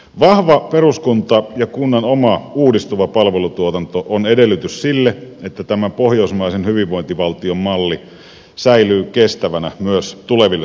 vahva peruskunta ja kunnan oma uudistuva palvelutuotanto ovat edellytys sille että tämä pohjoismaisen hyvinvointivaltion malli säilyy kestävänä myös tuleville sukupolville